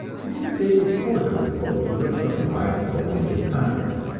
it is a favorite sport of this poet to lure some rival poet into a contest.